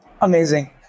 Amazing